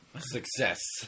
Success